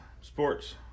sports